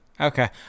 Okay